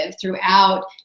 throughout